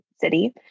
city